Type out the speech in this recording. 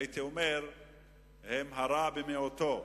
הייתי אומר שהם הרע במיעוטו,